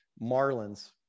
Marlins